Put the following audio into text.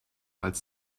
als